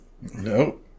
No